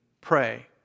pray